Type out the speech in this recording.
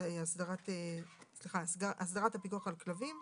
הבוקר קיבלנו הערה לא לדבר על חקיקה של מדינת חוץ.